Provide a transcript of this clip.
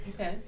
Okay